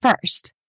first